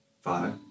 five